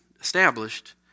established